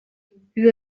biba